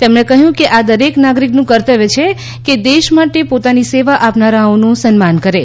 તેમણે કહયું કે આ દરેક નાગરીકનું કર્તવ્ય છે કે દેશ માટે પોતાની સેવા આપનારાઓનું સન્માન કરે